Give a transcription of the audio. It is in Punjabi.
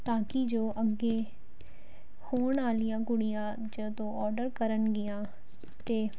ਤਾਂ ਕਿ ਜੋ ਅੱਗੇ ਹੋਣ ਵਾਲੀਆਂ ਕੁੜੀਆਂ ਜਦੋਂ ਔਡਰ ਕਰਨਗੀਆਂ ਤਾਂ